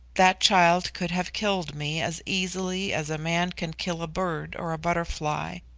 that child could have killed me as easily as a man can kill a bird or a butterfly.